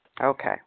Okay